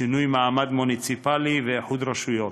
שינוי מעמד מוניציפלי ואיחוד רשויות.